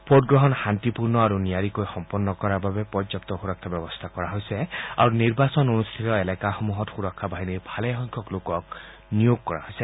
ভোটগ্ৰহণ শান্তিপূৰ্ণ আৰু নিয়াৰিকৈ সম্পন্ন কৰাৰ বাবে পৰ্যাগু সুৰক্ষা ব্যৱস্থা কৰা হৈছে আৰু নিৰ্বাচন অনুষ্ঠিত এলেকাসমূহত সুৰক্ষা বাহিনীৰ ভালেসংখ্যক লোকক নিয়োগ কৰা হৈছে